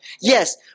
Yes